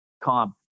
calm